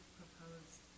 proposed